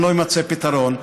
אם לא יימצא פתרון,